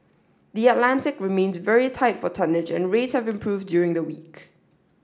the Atlantic remains very tight for tonnage and rates have improved during the week